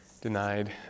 denied